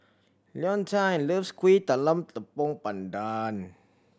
Leontine loves Kuih Talam Tepong Pandan